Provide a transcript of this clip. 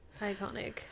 iconic